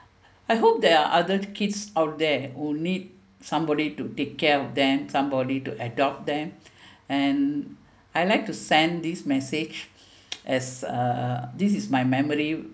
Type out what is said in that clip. I hope there are other kids out there who need somebody to take care of them somebody to adopt them and I like to send this message as uh this is my memory